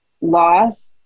loss